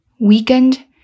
weakened